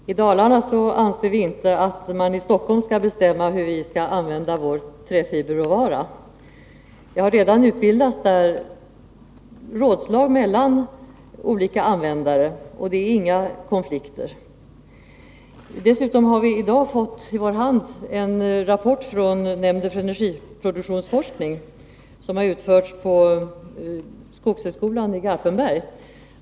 Herr talman! I Dalarna anser vi inte att man i Stockholm skall bestämma hur vi skall använda vår träfiberråvara. Det har redan utbildats rådslag i Dalarna mellan olika användare, och det förekommer inga konflikter. Dessutom har vi i dag fått en rapport från nämnden för energiproduktionsforskning, utförd på skogshögskolan i Garpenberg.